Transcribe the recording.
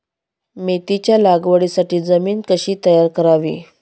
मेथीच्या लागवडीसाठी जमीन कशी तयार करावी?